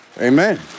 Amen